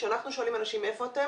כשאנחנו שואלים אנשים מאיפה אתם